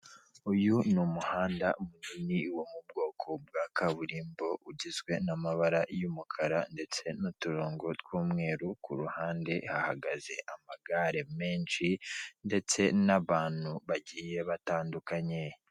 Uyu ni umuhanda munini wo mu bwoko bwa kaburimbo, ugizwe n'amabara y'umukara ndetse n'uturongo tw'umweru, ku ruhande hahagaze amagare menshi ndetse n'abantu bagiye batandukanye.